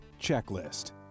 checklist